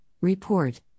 report